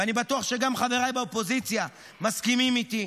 ואני בטוח שגם חבריי באופוזיציה מסכימים איתי,